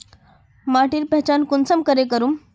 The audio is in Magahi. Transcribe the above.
माटिर पहचान कुंसम करे करूम?